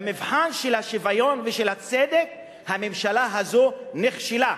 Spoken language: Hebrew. במבחן של השוויון ושל הצדק הממשלה הזאת נכשלה,